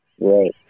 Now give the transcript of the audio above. Right